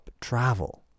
travel